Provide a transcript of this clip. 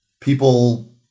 people